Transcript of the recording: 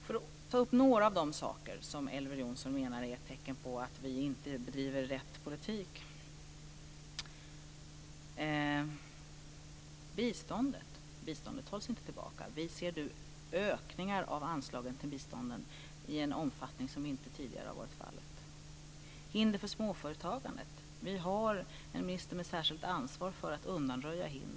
För att ta upp några av de saker som Elver Jonsson menar är ett tecken på att vi inte bedriver rätt politik vill jag ta upp följande: Biståndet hålls inte tillbaka. Vi ser nu ökningar av anslagen till bistånden i en omfattning som inte tidigare varit fallet. Hinder för småföretagandet har vi en minister med särskilt ansvar för att undanröja.